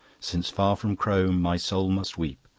since far from crome my soul must weep,